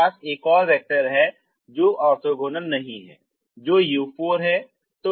अब आपके पास एक और वेक्टर है जो ऑर्थोगोनल नहीं है जो u4 है